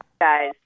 Guys